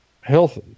health